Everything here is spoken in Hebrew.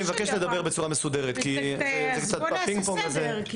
אני מבקש לדבר בצורה מסודרת כי --- אז בוא נעשה סדר.